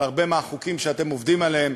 אבל הרבה מהחוקים שאתם עובדים עליהם,